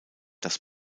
das